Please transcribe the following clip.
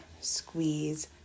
squeeze